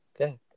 Okay